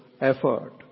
effort